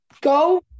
go